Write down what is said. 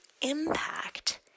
impact